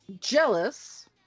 jealous